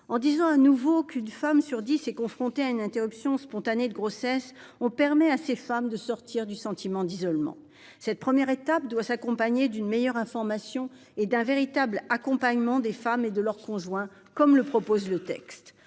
En répétant qu'une femme sur dix est confrontée à une interruption spontanée de grossesse, on permet à ces femmes de mettre fin à un sentiment d'isolement. Cette première étape doit être assortie d'une meilleure information et d'un véritable accompagnement des femmes et de leur conjoint, comme le prévoit ce texte.